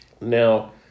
Now